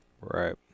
Right